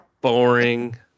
Boring